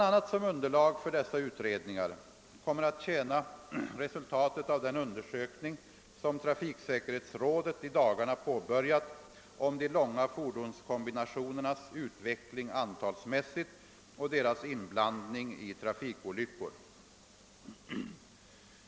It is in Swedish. a. som underlag för dessa utredningar kommer att tjäna resultatet av den undersökning som trafiksäkerhetsrådet i dagarna påbörjat om de långa fordonskomibinationerras utveckling antalsmässigt och deras inblandning i trafikolyckor.